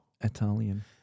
Italian